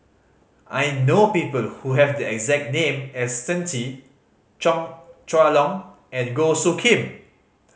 I know people who have the exact name as Shen Xi Chong Chua Long and Goh Soo Khim